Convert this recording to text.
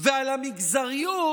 ועל המגזריות